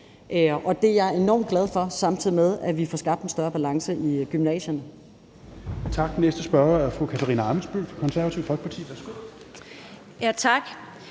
og det er jeg enormt glad for – samtidig med at vi får skabt en større balance i gymnasierne.